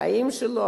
החיים שלו,